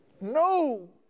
no